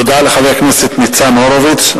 תודה לחבר הכנסת ניצן הורוביץ.